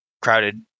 crowded